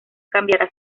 cambiará